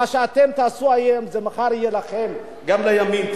מה שאתם תעשו היום, זה מחר יהיה לכם, גם לימין.